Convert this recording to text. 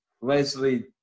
Leslie